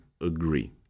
agree